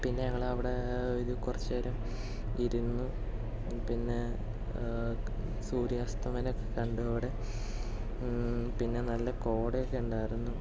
പിന്നെ ഞങ്ങൾ അവിടെ കുറച്ച് നേരം ഇരുന്ന് പിന്നെ സൂര്യാസ്തമനമൊക്കെ കണ്ട് പിന്നെ നല്ല കോടയൊക്കെ ഉണ്ടായിരുന്നു